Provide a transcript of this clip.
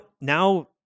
now